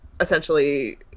essentially